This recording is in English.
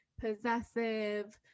possessive